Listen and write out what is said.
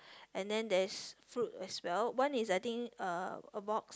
and then there's fruit as well one is I think uh a box